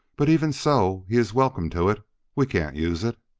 but even so, he is welcome to it we can't use it.